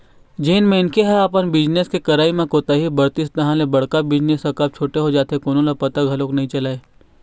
जेन मनखे मन ह अपन बिजनेस के करई म कोताही बरतिस तहाँ ले बड़का बिजनेस ह कब छोटे हो जाथे कोनो ल पता घलोक नइ चलय